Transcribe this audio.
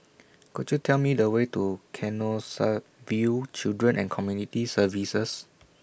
Could YOU Tell Me The Way to Canossaville Children and Community Services